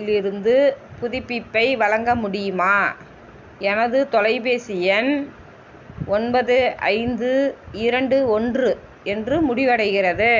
இலிருந்து புதுப்பிப்பை வழங்க முடியுமா எனது தொலைபேசி எண் ஒன்பது ஐந்து இரண்டு ஒன்று என்று முடிவடைகிறது